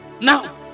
Now